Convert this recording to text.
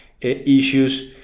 issues